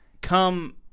come